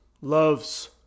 loves